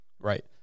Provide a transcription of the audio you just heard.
right